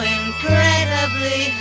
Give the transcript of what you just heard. incredibly